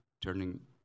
turning